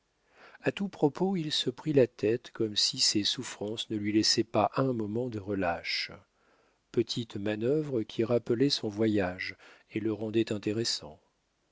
a tout propos il se prit la tête comme si ses souffrances ne lui laissaient pas un moment de relâche petite manœuvre qui rappelait son voyage et le rendait intéressant